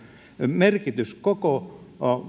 merkitys koko